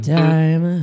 time